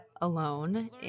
alone